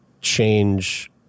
change